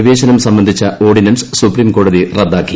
പ്രവേശനം സംബന്ധിച്ച ഓർഡിനൻസ് സുപ്രീംകോടതി റദ്ദാക്കി